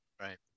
right